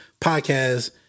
podcast